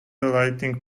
lighting